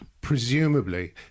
Presumably